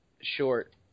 short